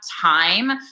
time